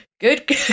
Good